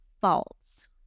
false